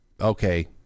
Okay